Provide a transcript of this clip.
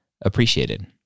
appreciated